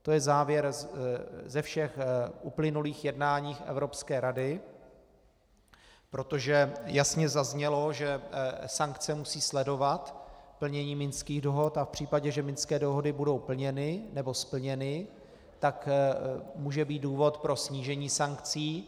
To je závěr ze všech uplynulých jednání Evropské rady, protože jasně zaznělo, že sankce musí sledovat plnění Minských dohod a v případě, že Minské dohody budou plněny, nebo splněny, tak může být důvod pro snížení sankcí.